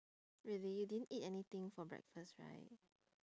really you didn't eat anything for breakfast right